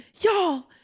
y'all